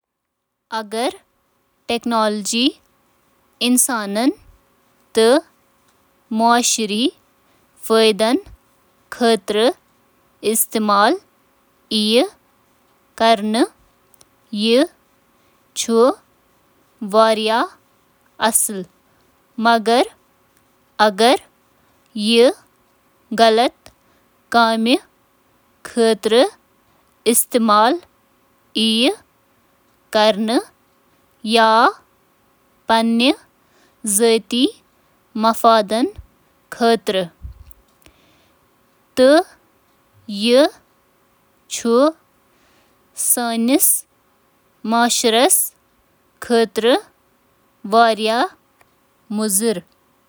امہٕ قٕسمٕچ "اضافہٕ ٹیکنالوجیز" ہیکو سانہٕ ظاہری شکل بہتر بناونہٕ تہٕ سانین جذباتن منظم کرنہٕ خٲطرٕ استعمال کٔرتھ، یمک مقصد چُھ"اصل کھوتہٕ بہتر" محسوس کرُن۔ ییلہٕ زن یم ٹیکنالوجیز لوکن پننہٕ تیزی سان تبدیل گژھن وٲل طرز زندگی سۭتۍ مطابقت تھاونس منٛز مدد ہکن کٔرتھ، مگر یمن ہنٛد استعمال چُھ اہم اخلٲقی مسلہٕ پٲدٕ کران۔